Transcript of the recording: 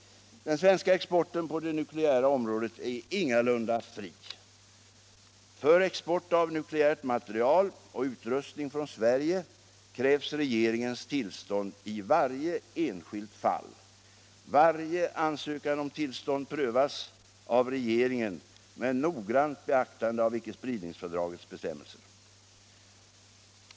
Den svenska exporten på det nukleära området är ingalunda ”fri”. För export av nukleärt material och utrustning från Sverige krävs regeringens tillstånd i varje enskilt fall. Varje ansökan om tillstånd prövas av regeringen med noggrant beaktande av icke-spridningsfördragets bestämmelser.